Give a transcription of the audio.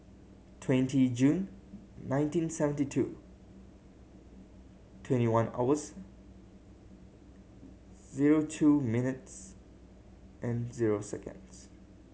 twenty June nineteen seventy two twenty one hours zero two minutes and zero seconds